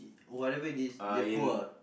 whatever it is they poor